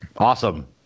Awesome